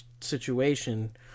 situation